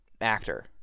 actor